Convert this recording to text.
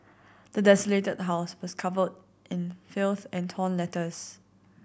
the desolated house was covered in filth and torn letters